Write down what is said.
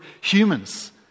humans